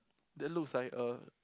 that looks like a